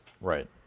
Right